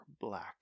black